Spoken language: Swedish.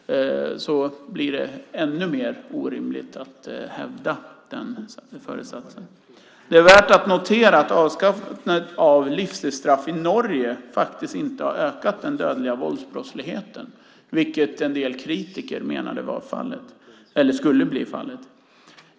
Det är värt att notera att avskaffandet av livstidsstraff i Norge inte har ökat den dödliga våldsbrottsligheten, vilket en del kritiker menade skulle bli fallet.